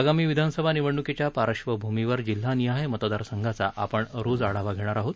आगामी विधानसभा निवडण्कीच्या पार्श्वभूमीवर जिल्हानिहाय मतदार संघांचा आपण रोज आढावा घेणार आहोत